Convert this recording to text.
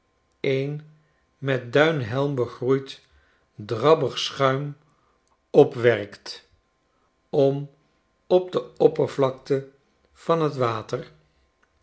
een met duinhelm begroeid drabbig schuim opwerkt om op de oppervlakte van t water